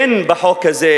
אין בחוק הזה,